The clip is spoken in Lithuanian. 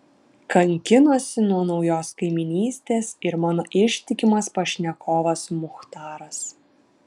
kankinosi nuo naujos kaimynystės ir mano ištikimas pašnekovas muchtaras